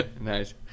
Nice